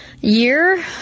year